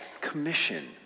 Commission